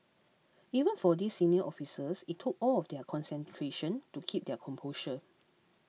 even for these senior officers it took all of their concentration to keep their composure